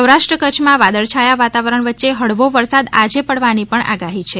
સૌરાષ્ટ્ર કચ્છમાં વાદળછાયા વાતાવરણ વચે હળવો વરસાદ આજે પાડવાની પણ આગાહી છે